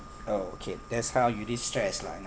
oh okay that's how you destress lah in a